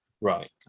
Right